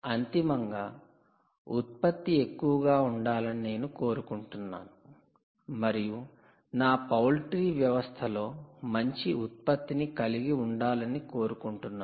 అంతిమంగా ఉత్పత్తి ఎక్కువగా ఉండాలని నేను కోరుకుంటున్నాను మరియు నా పౌల్ట్రీ వ్యవస్థలో మంచి ఉత్పత్తిని కలిగి ఉండాలని కోరుకుంటున్నాను